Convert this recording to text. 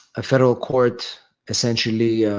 a federal court essentially